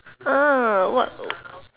uh what